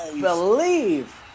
believe